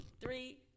three